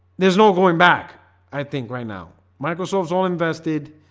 there's no going back i think right now microsoft's all invested.